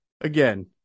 again